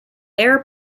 air